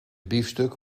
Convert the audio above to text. biefstuk